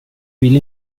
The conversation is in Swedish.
vill